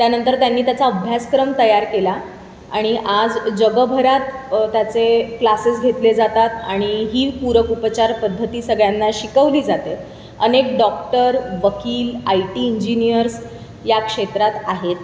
त्यानंतर त्यांनी त्याचा अभ्यासक्रम तयार केला आणि आज जगभरात त्याचे क्लासेस घेतले जातात आणि ही पूरक उपचारपद्धती सगळ्यांना शिकवली जाते अनेक डॉक्टर वकील आय टी इंजिनियर्स या क्षेत्रात आहेत